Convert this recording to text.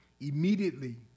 Immediately